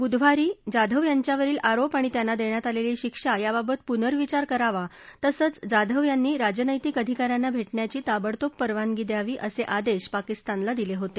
बुधवारी जाधव यांच्यावरील आरोप आणि त्यांना देण्यात आलेली शिक्षा याबाबत पुर्नविचार करावा तसंच जाधव यांना भारतीय राजनैतिक अधिका यांना भेटण्याची ताबडतोब परवानगी द्यावी असं आदेश पाकिस्तानला दिले होते